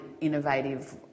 innovative